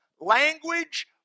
language